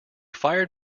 fired